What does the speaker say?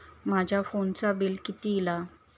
माझ्या फोनचा बिल किती इला?